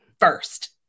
First